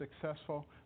successful